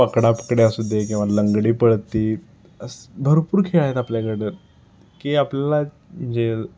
पकडापकडी असू दे किंवा लंगडीपळती असं भरपूर खेळ आहेत आपल्याकडं की आपल्याला जे